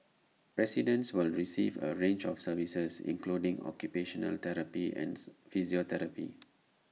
residents will receive A range of services including occupational therapy and physiotherapy